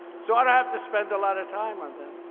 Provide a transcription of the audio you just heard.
so i don't have to spend a lot of time on that.